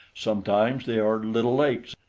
sometimes they are little lakes,